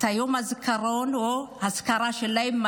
מתי נציין את היום הזיכרון או האזכרה שלהם.